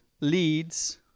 leads